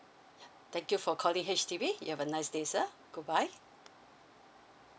ya thank you for calling H_D_B you have a nice day sir goodbye